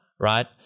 right